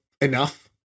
enough